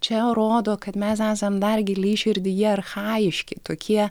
čia rodo kad mes esam dar giliai širdyje archajiški tokie